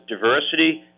diversity